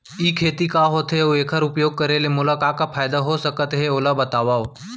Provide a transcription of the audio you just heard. ई खेती का होथे, अऊ एखर उपयोग करे ले मोला का का फायदा हो सकत हे ओला बतावव?